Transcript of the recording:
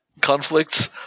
conflicts